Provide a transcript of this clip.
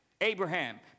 Abraham